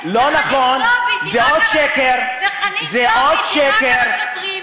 ואחר כך חנין זועבי תירק על השוטרים.